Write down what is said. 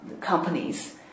companies